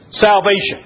Salvation